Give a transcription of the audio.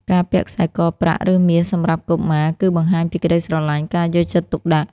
ការពាក់ខ្សែកប្រាក់ ឬមាសសម្រាប់កុមារ គឺបង្ហាញពីក្ដីស្រឡាញ់ ការយកចិត្តទុកដាក់។